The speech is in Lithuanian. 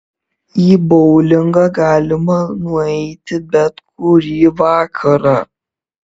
į boulingą galima nueiti bet kurį vakarą